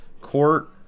court